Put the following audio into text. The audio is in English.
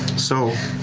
so